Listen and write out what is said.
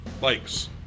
bikes